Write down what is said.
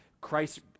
Christ